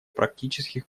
практических